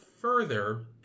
further